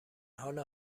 حال